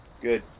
Good